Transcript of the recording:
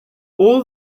all